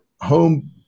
home